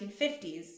1950s